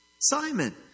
Simon